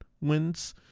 wins